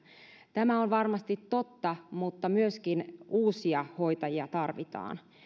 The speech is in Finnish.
tämä on varmasti totta mutta myöskin uusia hoitajia tarvitaan